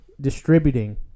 distributing